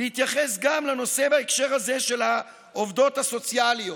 להתייחס לנושא גם בהקשר הזה של העובדות הסוציאליות,